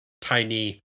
tiny